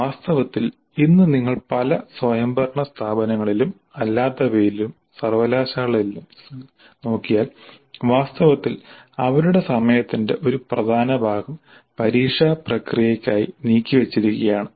വാസ്തവത്തിൽ ഇന്ന് നിങ്ങൾ പല സ്വയംഭരണ സ്ഥാപനങ്ങളിലും അല്ലാത്തവയിലും സർവകലാശാലകളിലും നോക്കിയാൽ വാസ്തവത്തിൽ അവരുടെ സമയത്തിന്റെ ഒരു പ്രധാന ഭാഗം പരീക്ഷാ പ്രക്രിയയ്ക്കായി നീക്കിവച്ചിരിക്കുകയാണ്